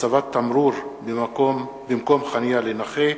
96) (הצבת תמרור במקום חנייה לנכה),